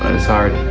it's hard.